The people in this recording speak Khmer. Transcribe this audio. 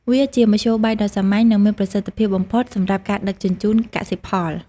វាជាមធ្យោបាយដ៏សាមញ្ញ និងមានប្រសិទ្ធភាពបំផុតសម្រាប់ការដឹកជញ្ជូនកសិផល។